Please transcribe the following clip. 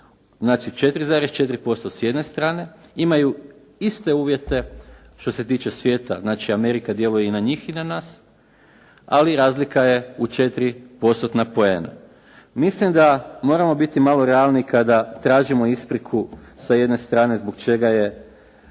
Znači 4,4% s jedne strane, imaju iste uvjete što se tiče svijeta, znači Amerika djeluje i na njih i na nas, ali razlika je u 4%-tna poena. Mislim da moramo biti malo realniji kada tražimo ispriku sa jedne strane zbog čega je